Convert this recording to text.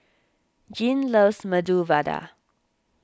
Jeane loves Medu Vada